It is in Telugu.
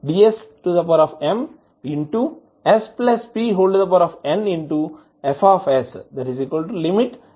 dmdsmspnF|s pఅవుతుంది